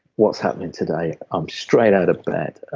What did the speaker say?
what's happening today? i'm straight out of bed.